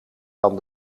dan